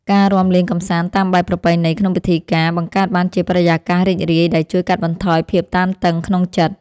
ការរាំលេងកម្សាន្តតាមបែបប្រពៃណីក្នុងពិធីការ បង្កើតបានជាបរិយាកាសរីករាយដែលជួយកាត់បន្ថយភាពតានតឹងក្នុងចិត្ត។